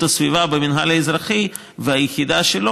הסביבה במינהל האזרחי והיחידה שלו,